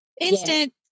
Instant